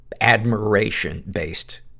admiration-based